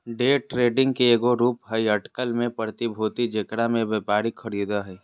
day trading के एगो रूप हइ अटकल में प्रतिभूति जेकरा में व्यापारी खरीदो हइ